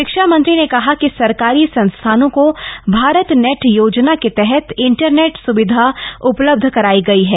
शिक्षा मंत्री ने कहा कि सरकारी संस्थानों को भारत नेट योजना के तहत इंटरनेट सुविधा उपलब्ध कराई गई है